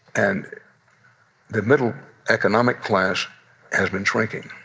and the middle economic class has been shrinking.